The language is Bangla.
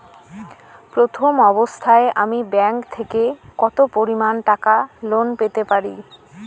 প্রথম অবস্থায় আমি ব্যাংক থেকে কত পরিমান টাকা লোন পেতে পারি?